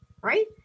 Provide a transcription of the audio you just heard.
right